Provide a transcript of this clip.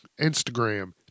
Instagram